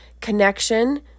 Connection